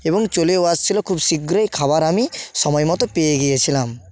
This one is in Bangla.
এবং চলেও আসছিলো খুব শীঘ্রই খাবার আমি সময় মতো পেয়ে গিয়েছিলাম